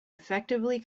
effectively